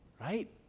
Right